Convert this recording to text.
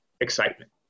excitement